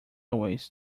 always